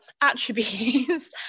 attributes